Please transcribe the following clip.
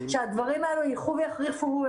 שהדברים האלה ילכו ויחריפו,